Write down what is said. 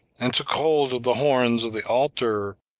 and took hold of the horns of the altar,